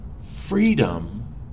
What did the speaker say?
freedom